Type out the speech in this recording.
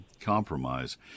compromise